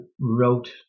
wrote